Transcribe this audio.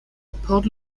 port